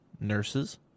nurses